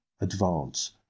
Advance